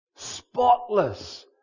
Spotless